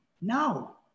No